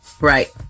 Right